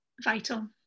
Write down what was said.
vital